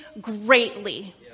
greatly